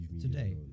today